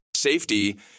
Safety